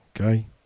Okay